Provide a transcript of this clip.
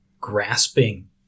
grasping